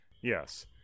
yes